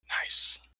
Nice